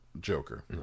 Joker